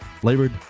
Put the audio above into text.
flavored